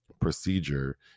procedure